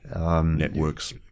Networks